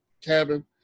cabin